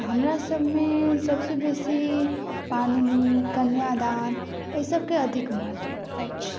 हमरा सबमे सबसँ बेसी पाणिनि कन्यादान ओहि सबके अधिक महत्व अछि